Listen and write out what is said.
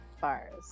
bars